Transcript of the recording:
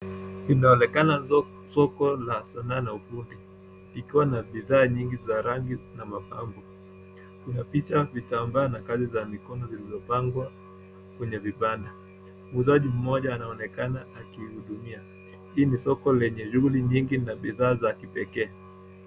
Inaonekana soko la sanaa la ufundi likiwa na bidhaa nyingi za rangi na mapambo. Kuna picha, vitambaa na kazi za mikono zilizopangwa kwenye vibanda. Muuzaji mmoja anaonekana akihudumia. Hii ni soko lenye shughuli nyingi na bidhaa za kipekee.